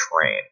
train